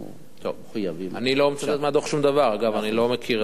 אני לא מוסר מהדוח שום דבר, אגב, אני לא מכיר.